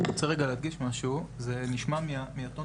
אני רוצה רגע להדגיש משהו זה נשמע מהטון